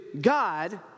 God